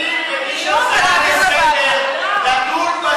אני מגיש הצעה לסדר לדון בזלזול של הממשלה בבית הזה.